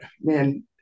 man